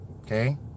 okay